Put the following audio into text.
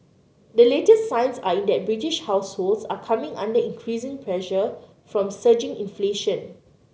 the latest signs are in that British households are coming under increasing pressure from surging inflation